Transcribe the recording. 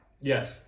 Yes